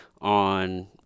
on